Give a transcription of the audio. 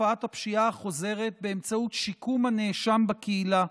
תופעת הפשיעה החוזרת באמצעות שיקום הנאשם בקהילה,